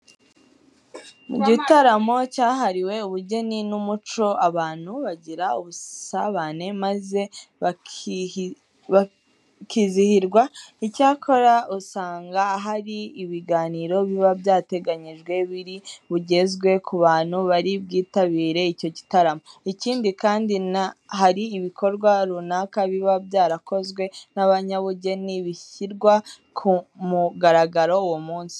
Mu gitaramo cyahariwe ubugeni n'umuco, abantu bagira ubusabane maze bakizihirwa. Icyakora, usanga hari ibiganiro biba byateganyijwe biri bugezwe ku bantu bari bwitabire icyo gitaramo. Ikindi kandi, hari ibikorwa runaka biba byarakozwe n'abanyabugeni bishyirwa ku mugaragaro uwo munsi.